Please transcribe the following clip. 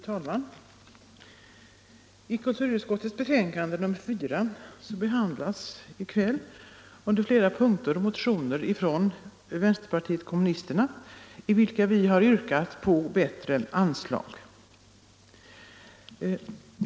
Fru talman! I kulturutskottets betänkande nr 4 behandlas under flera punkter motioner från vpk i vilka vi har yrkat på högre anslag till kul turarbetare.